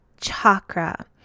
chakra